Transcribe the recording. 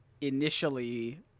initially